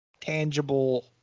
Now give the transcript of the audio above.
tangible